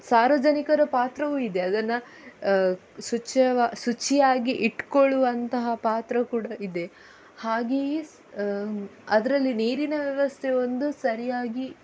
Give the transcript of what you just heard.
ಸಾರ್ವಜನಿಕರ ಪಾತ್ರವೂ ಇದೆ ಅದನ್ನು ಶುಚಿಯಾಗಿ ಶುಚಿಯಾಗಿ ಇಟ್ಕೊಳ್ಳುವಂತಹ ಪಾತ್ರ ಕೂಡ ಇದೆ ಹಾಗೆಯೇ ಅದರಲ್ಲಿ ನೀರಿನ ವ್ಯವಸ್ಥೆ ಒಂದು ಸರಿಯಾಗಿ